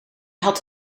had